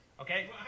Okay